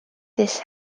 this